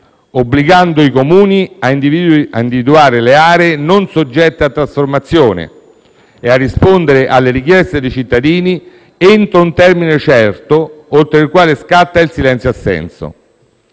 obbligando i Comuni a individuare le aree non soggette a trasformazione e a rispondere alle richieste dei cittadini entro un termine certo, oltre il quale scatta il silenzio-assenso.